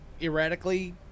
erratically